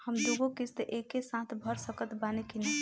हम दु गो किश्त एके साथ भर सकत बानी की ना?